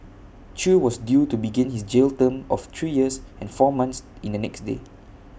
chew was due to begin his jail term of three years and four months in the next day